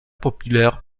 populaire